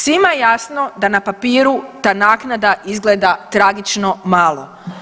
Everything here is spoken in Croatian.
Svima je jasno da na papiru ta naknada izgleda tragično malo.